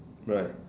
right